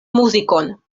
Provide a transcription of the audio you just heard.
muzikon